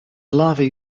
larvae